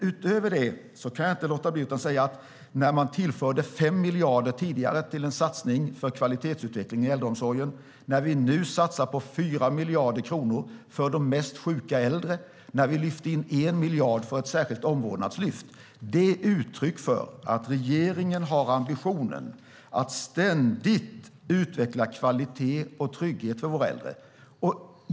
Utöver det kan jag inte låta bli att säga att när vi tidigare tillförde 5 miljarder för en satsning på kvalitetsutveckling i äldreomsorgen, när vi nu satsar 4 miljarder kronor för de mest sjuka äldre, när vi lyfte in 1 miljard för ett särskilt omvårdnadslyft är det ett uttryck för att regeringen har ambitionen att ständigt utveckla kvalitet och trygghet för våra äldre.